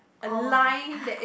oh